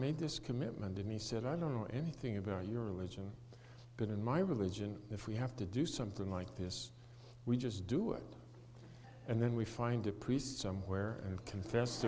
made this commitment to me said i don't know anything about your religion but in my religion if we have to do something like this we just do it and then we find a priest somewhere and confess